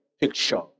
picture